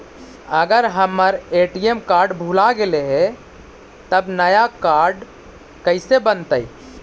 अगर हमर ATM card भुला गैलै हे तब नया काड कइसे बनतै?